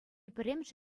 пӗрремӗш